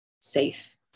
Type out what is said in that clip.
safe